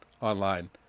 online